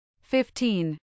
Fifteen